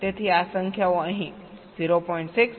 તેથી આ સંખ્યાઓ અહીં 0